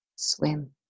Swim